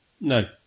No